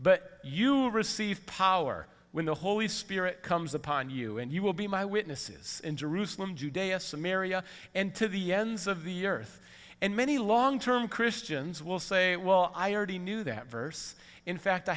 but you receive power when the holy spirit comes upon you and you will be my witnesses in jerusalem today as some area and to the ends of the years and many long term christians will say well i already knew that verse in fact i